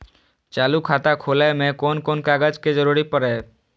चालु खाता खोलय में कोन कोन कागज के जरूरी परैय?